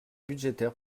budgétaire